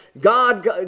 God